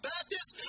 Baptist